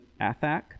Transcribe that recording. Athak